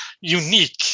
unique